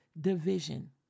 division